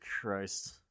christ